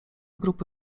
grupy